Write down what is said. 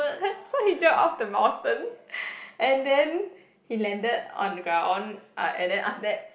so he jump off the mountain and then he landed on the ground uh and then after that